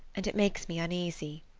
and it makes me uneasy.